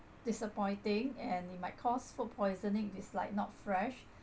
disappointing and it might cause food poisoning it's like not fresh